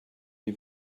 die